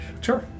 Sure